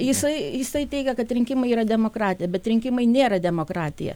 jisai jisai teigia kad rinkimai yra demokratija bet rinkimai nėra demokratija